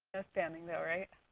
outstanding though, right?